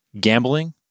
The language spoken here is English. gambling